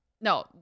No